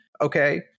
Okay